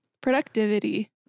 Productivity